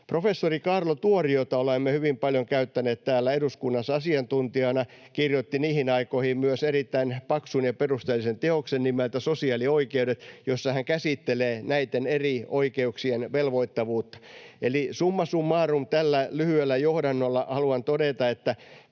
Professori Kaarlo Tuori, jota olemme hyvin paljon käyttäneet täällä eduskunnassa asiantuntijana, kirjoitti niihin aikoihin myös erittäin paksun ja perusteellisen teoksen nimeltä Sosiaalioikeus, jossa hän käsittelee näitten eri oikeuksien velvoittavuutta. Eli summa summarum, tällä lyhyellä johdannolla haluan todeta, että